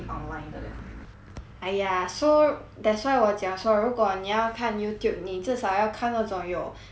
!aiya! so that's why 我讲说如果你要看 Youtube 你至少要看那种有蛮多 subscriber 的 [what]